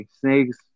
snakes